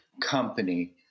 company